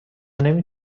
نمی